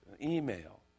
email